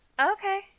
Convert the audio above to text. Okay